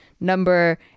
number